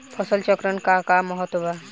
फसल चक्रण क का महत्त्व बा?